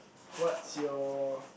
what's your